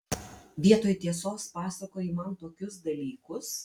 vietoj tiesos pasakoji man tokius dalykus